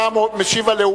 אני רואה שאתה המשיב הלאומי.